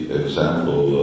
example